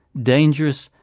dangerous,